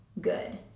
good